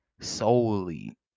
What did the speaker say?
solely